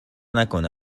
نکنه